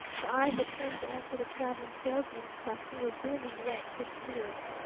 the eyes that turned to answer the traveling salesman's question were brimming wet with tears.